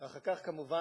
אחר כך, כמובן,